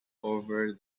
over